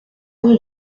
rue